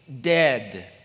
dead